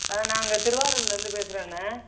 நாங்கள் திருவாரூரில் இருந்து பேசுகிறேன் அண்ணன்